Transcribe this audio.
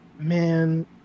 Man